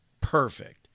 perfect